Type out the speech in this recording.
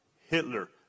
Hitler